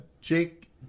Jake